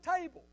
table